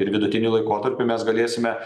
ir vidutiniu laikotarpiu mes galėsime